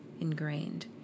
ingrained